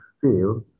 feel